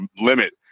limit